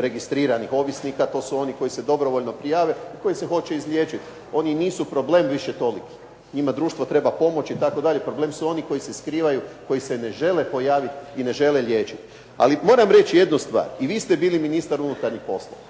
registriranih ovisnika to su oni koji se dobrovoljno prijave, koji se hoće izliječiti. Oni nisu problem više toliki, njima društvo treba pomoći itd. Problem su oni koji se skrivaju, koji se ne žele pojaviti i ne žele liječiti. Ali moram reći jednu stvar. I vi ste bili ministar unutarnjih poslova,